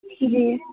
जी